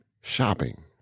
Shopping